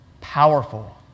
powerful